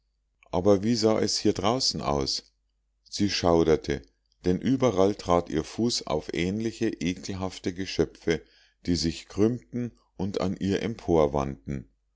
aber wie sah es hier draußen aus sie schauderte denn überall trat ihr fuß auf ähnliche ekelhafte geschöpfe die sich krümmten und an ihr